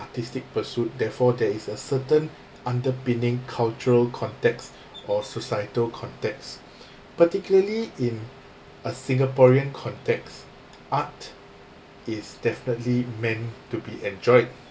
artistic pursuit therefore there is a certain underpinning cultural context or societal context particularly in a singaporean context art is definitely meant to be enjoyed